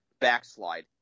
Backslide